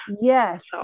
Yes